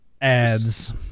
Ads